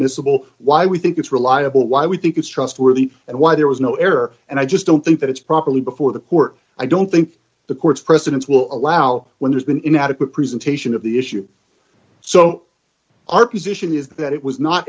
missible why we think it's reliable why we think it's trustworthy and why there was no error and i just don't think that it's properly before the court i don't think the court's precedents will allow when there's been inadequate presentation of the issue so our position is that it was not